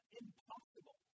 impossible